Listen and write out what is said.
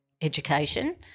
education